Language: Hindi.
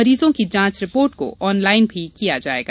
मरीजों की जांच रिपोर्ट को ऑनलाइन भी किया जायेगा